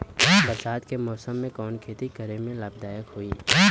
बरसात के मौसम में कवन खेती करे में लाभदायक होयी?